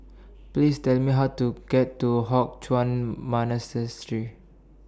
Please Tell Me How to get to Hock Chuan